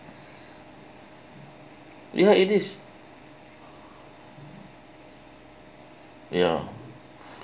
ya it is ya